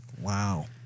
Wow